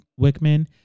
Wickman